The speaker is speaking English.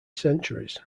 centuries